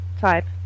type